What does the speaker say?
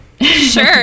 Sure